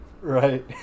Right